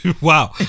wow